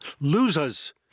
Losers